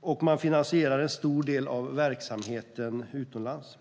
och man finansierar en stor del av verksamheten utomlands.